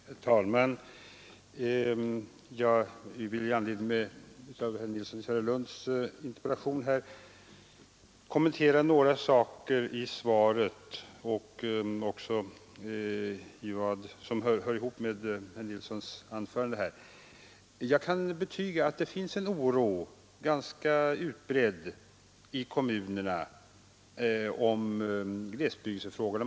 Herr talman! Jag vill göra några kommentarer i anledning av svaret på herr Nilssons i Tvärålund interpellation och det anförande som herr Jag kan betyga att det finns en ganska utbredd oro i kommunerna när det gäller glesbygdsfrågorna.